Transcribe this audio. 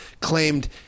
claimed